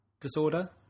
disorder